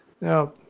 Now